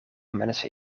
mensen